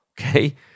okay